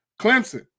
Clemson